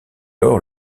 lors